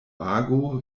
ago